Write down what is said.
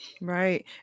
Right